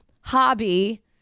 hobby